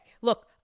look